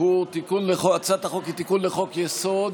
הוא הצעת החוק לתיקון חוק-יסוד,